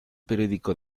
periódico